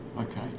Okay